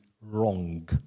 wrong